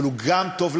אבל הוא גם טוב למעסיק,